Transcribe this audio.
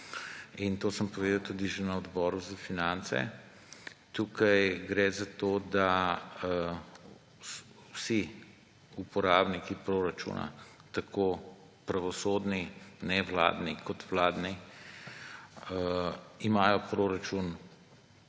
To sem povedal že tudi na Odboru za finance. Gre za to, da vsi uporabniki proračuna, tako pravosodni, nevladni kot vladni, imajo proračun